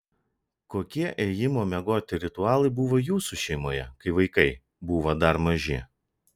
kokie ėjimo miegoti ritualai buvo jūsų šeimoje kai vaikai buvo dar maži